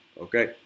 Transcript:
okay